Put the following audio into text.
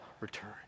return